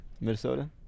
Minnesota